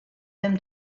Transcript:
them